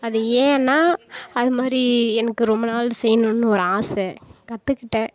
அது ஏன்னா அதுமாதிரி எனக்கு ரொம்ப நாள் செய்ணும்னு ஒரு ஆசை கற்றுக்கிட்டேன்